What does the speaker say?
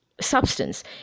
substance